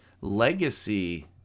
legacy